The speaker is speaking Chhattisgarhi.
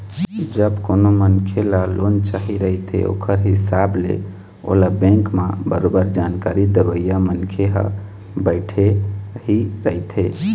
जब कोनो मनखे ल लोन चाही रहिथे ओखर हिसाब ले ओला बेंक म बरोबर जानकारी देवइया मनखे ह बइठे ही रहिथे